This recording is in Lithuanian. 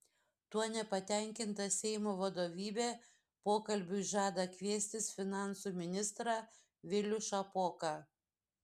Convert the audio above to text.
tuo nepatenkinta seimo vadovybė pokalbiui žada kviestis finansų ministrą vilių šapoką